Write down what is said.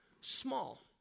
small